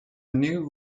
new